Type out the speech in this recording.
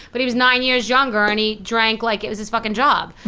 but he was nine years younger and he drank like it was his fuckin' job.